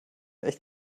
echt